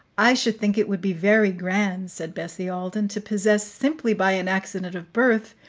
i should think it would be very grand, said bessie alden, to possess, simply by an accident of birth,